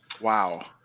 wow